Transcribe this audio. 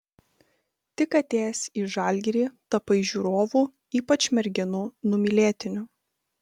tik atėjęs į žalgirį tapai žiūrovų ypač merginų numylėtiniu